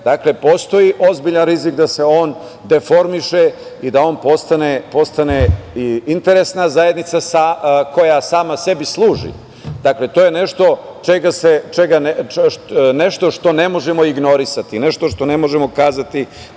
postoji ozbiljan rizik da se on deformiše i da on postane i interesna zajednica koja sama sebi služi. To je nešto što ne možemo ignorisati, nešto što ne možemo kazati